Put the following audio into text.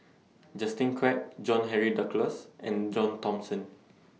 Justin Quek John Henry Duclos and John Thomson